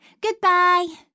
Goodbye